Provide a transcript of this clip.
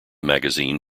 magazine